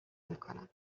میکنم